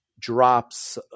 drops